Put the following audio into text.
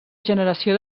generació